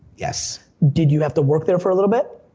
yes. did you have to work there for a little bit?